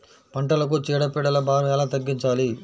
పంటలకు చీడ పీడల భారం ఎలా తగ్గించాలి?